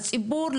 הציבור,